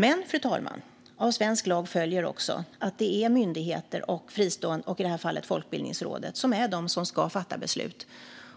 Men, fru talman, av svensk lag följer också att det är myndigheter och fristående organisationer - i detta fall Folkbildningsrådet - som ska fatta beslut,